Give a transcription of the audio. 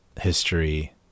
history